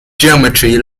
geometry